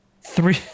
three